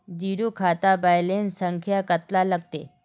Zero खाता balance संख्या कतला लगते?